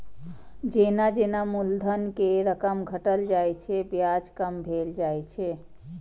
जेना जेना मूलधन के रकम घटल जाइ छै, ब्याज कम भेल जाइ छै